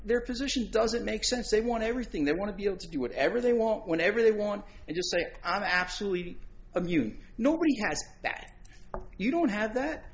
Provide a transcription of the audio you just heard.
their position doesn't make sense they want everything they want to be able to do whatever they want whenever they want and just like i'm absolutely amused nobody has that you don't have that